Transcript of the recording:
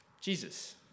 Jesus